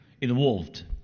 involved